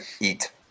eat